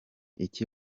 iki